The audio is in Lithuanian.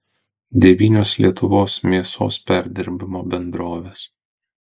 devynios lietuvos mėsos perdirbimo bendrovės